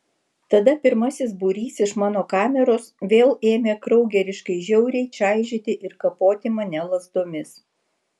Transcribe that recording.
tada pirmasis būrys iš mano kameros vėl ėmė kraugeriškai žiauriai čaižyti ir kapoti mane lazdomis